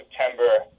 September